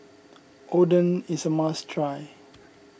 Oden is a must try